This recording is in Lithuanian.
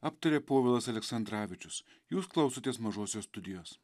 aptarė povilas aleksandravičius jūs klausotės mažosios studijos